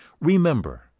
Remember